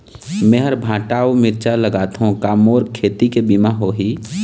मेहर भांटा अऊ मिरचा लगाथो का मोर खेती के बीमा होही?